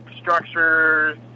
structures